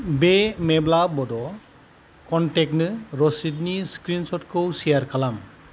बे मेब्ला बड' कनटेक्टनो रसिदनि स्क्रिन सर्टखौ सेयार खालाम